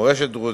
מורשת דרוזית.